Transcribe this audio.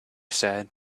said